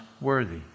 worthy